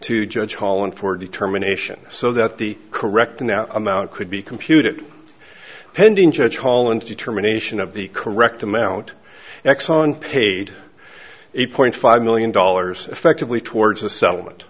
to judge holland for determination so that the correct now amount could be computed pending judge holland's determination of the correct amount exxon paid eight point five million dollars effectively towards a settlement